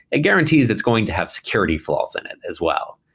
it guarantees it's going to have security flaws in it as well.